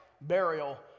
burial